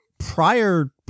Prior